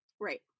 right